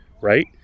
right